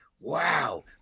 wow